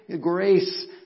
grace